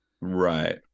Right